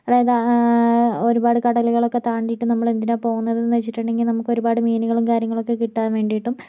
അതായത് ഒരുപാട് കടലുകളൊക്കെ താണ്ടിയിട്ട് നമ്മളെന്തിനാ പോകുന്നതെന്ന് വെച്ചിട്ടുണ്ടെങ്കിൽ നമ്മക്കൊരുപാട് മീനുകളും കാര്യങ്ങളും ഒക്കെ കിട്ടാൻ വേണ്ടിയിട്ടും